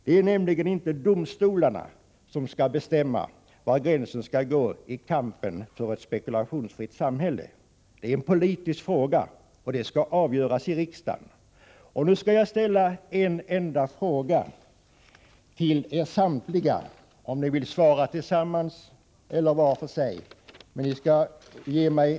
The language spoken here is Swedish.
Det är nämligen inte domstolarna som skall bestämma var gränsen skall gå i kampen för ett spekulationsfritt samhälle. Det är en politisk fråga, och den skall avgöras i riksdagen. Jag skall nu ställa en enda fråga till er samtliga, och ni kan lämna ett gemensamt svar eller svara var och en för sig.